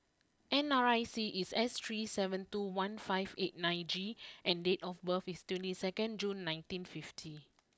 N R I C is S three seven two one five eight nine G and date of birth is twenty second June nineteen fifty